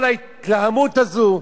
כל ההתלהמות הזו,